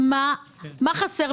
משרד ראש הממשלה.